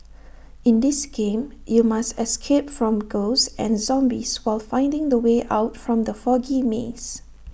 in this game you must escape from ghosts and zombies while finding the way out from the foggy maze